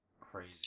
crazy